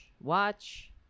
watch